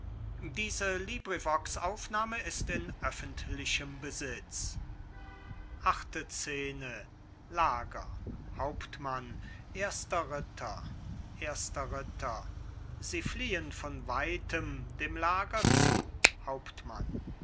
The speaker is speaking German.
hauptmann erster ritter erster ritter sie fliehen von weitem dem lager zu hauptmann